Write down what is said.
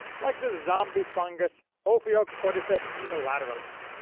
like the zombie fungus ophiocordyceps unilateralis.